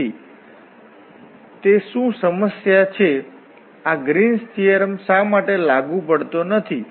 તેથી તે શું સમસ્યા છે આ ગ્રીન્સ થીઓરમ શા માટે લાગુ પડતો નથી